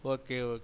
okay okay